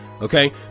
okay